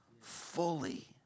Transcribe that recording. fully